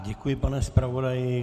Děkuji, pane zpravodaji.